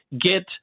get